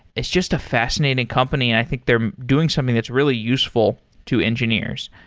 it's just a fascinating company and i think they're doing something that's really useful to engineers.